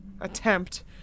attempt